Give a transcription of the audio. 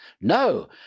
No